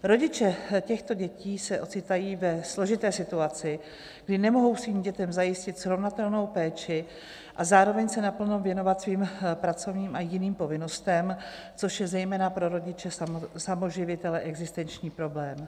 Rodiče těchto dětí se ocitají ve složité situaci, kdy nemohou svým dětem zajistit srovnatelnou péči a zároveň se naplno věnovat svým pracovním a jiným povinnostem, což je zejména pro rodiče samoživitele existenční problém.